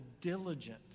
diligent